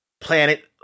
Planet